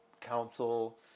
council